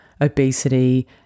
obesity